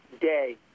day